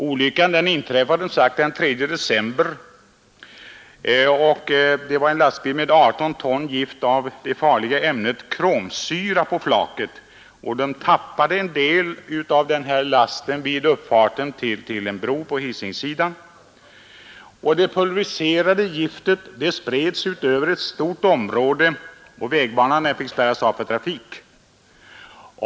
Olyckan i Göteborg inträffade när en lastbil med 18 ton av det giftiga ämnet kromsyra på flaket tappade en del av lasten vid uppfarten till Götaälvbron på Hisingsidan. Det pulveriserade giftet spreds ut över ett stort område, och vägbanan fick spärras av för trafik.